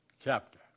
chapter